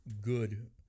good